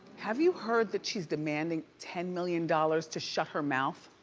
have you heard that she's demanding ten million dollars to shut her mouth?